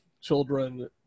children